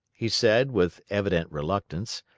he said, with evident reluctance,